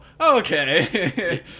Okay